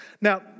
Now